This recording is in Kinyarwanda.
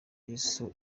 yesu